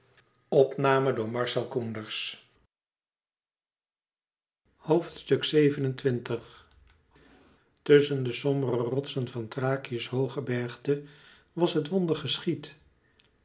xxvii tusschen de sombere rotsen van thrakië's hooggebergte was het wonder geschied